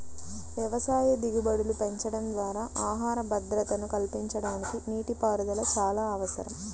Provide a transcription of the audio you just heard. వ్యవసాయ దిగుబడులు పెంచడం ద్వారా ఆహార భద్రతను కల్పించడానికి నీటిపారుదల చాలా అవసరం